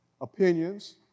opinions